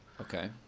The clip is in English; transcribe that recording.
Okay